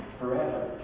forever